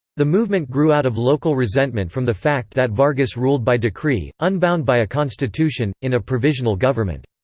the movement grew out of local resentment from the fact that vargas ruled by decree, unbound by a constitution, in a provisional government.